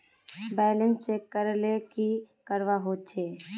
Balance check करले की करवा होचे?